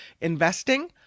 investing